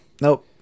Nope